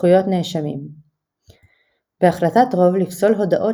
זכויות נאשמים בהחלטת רוב לפסול הודאות